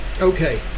okay